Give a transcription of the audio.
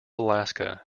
alaska